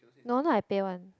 no wonder I pay one